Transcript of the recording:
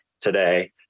today